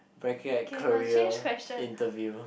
bracket career interview